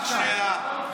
רק שנייה.